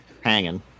hanging